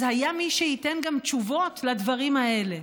אז היה מי שייתן גם תשובות לדברים האלה.